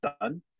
done